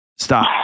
Stop